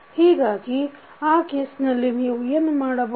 ಹೀಗಾಗಿ ಆ ಕೇಸ್ನಲ್ಲಿ ನೀವು ಏನು ಮಾಡಬಹುದು